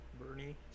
Bernie